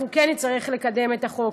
אנחנו כן נצטרך לקדם את החוק,